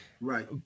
Right